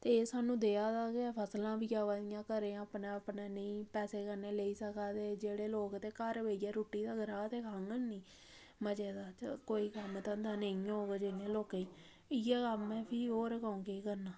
ते एह् सानूं देआ दा गै ऐ फसलां बी आवा दियां घर अपने अपने नेईं पैसे कन्नै लेई सका दे जेह्ड़े लोक ते घर बेहियै रुट्टी दा ग्राह् ते खाङन निं मजे दा ते कोई कम्म धंदा नेईं होग जि'नें लोकें गी इ'यै कम्म ऐ फ्ही होर क'ऊं केह् करना